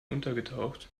untergetaucht